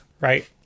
right